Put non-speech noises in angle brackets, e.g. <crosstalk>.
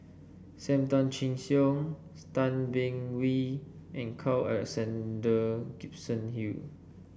Sam Tan Chin Siong <unintelligible> Tan Beng Swee and Carl Alexander Gibson Hill